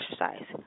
exercise